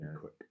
quick